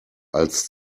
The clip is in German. als